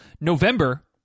November